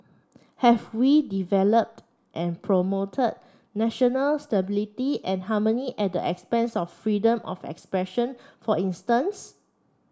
have we developed and promoted national stability and harmony at expense of freedom of expression for instance